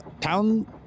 town